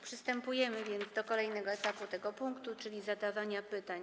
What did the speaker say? Przystępujemy więc do kolejnego etapu tego punktu, czyli zadawania pytań.